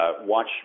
watch